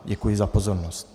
Děkuji za pozornost.